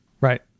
Right